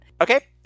Okay